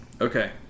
okay